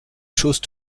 choses